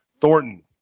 Thornton